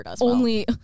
only-